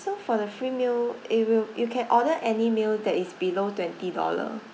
so for the free meal it will you can order any meal that is below twenty dollar